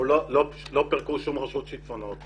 לא פירקו שום רשות שיטפונות.